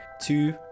Two